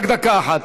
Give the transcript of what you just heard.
רק דקה אחת.